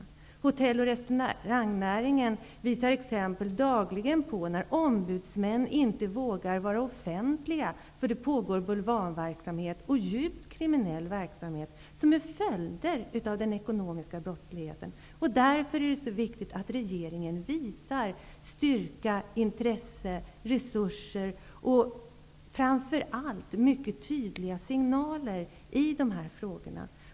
Inom hotell och restaurangnäringen förekommer det dagligen exempel på att ombudsmän inte vågar vara offentliga därför att det pågår bulvanverksamhet och djupt kriminell verksamhet, som är följder av den ekonomiska brottsligheten. Av den anledningen är det mycket viktigt att regeringen visar styrka, intresse, resurser och framför allt ger mycket tydliga signaler i de här frågorna.